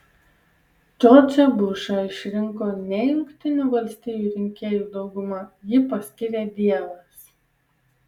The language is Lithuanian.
džordžą bušą išrinko ne jungtinių valstijų rinkėjų dauguma jį paskyrė dievas